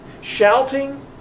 shouting